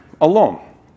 alone